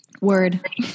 word